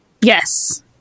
Yes